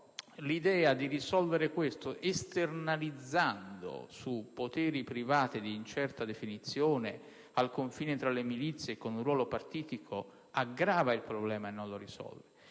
l'idea di risolvere questo esternalizzando verso poteri privati di incerta definizione al confine tra le milizie e con un ruolo partitico aggrava il problema e non lo risolve.